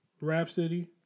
Rhapsody